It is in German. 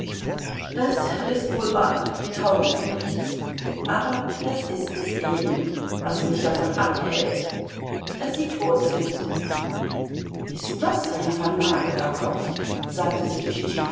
das ist wohl wahr die taugen zu nichts aber das ist es eben was mich davon abhält daß sie tot sind ist das ein vernagelter kopf sagte sich